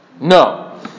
No